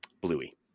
bluey